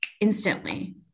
instantly